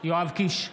יואב קיש,